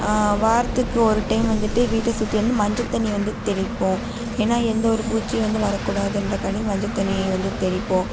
வாரத்துக்கு ஒரு டைம் வந்துட்டு வீட்டை சுற்றி வந்து மஞ்சள் தண்ணி வந்து தெளிப்போம் ஏன்னா எந்தவொரு பூச்சியும் வந்து வரக்கூடாதுன்றக்காண்டி மஞ்சள் தண்ணியை வந்து தெளிப்போம்